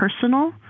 personal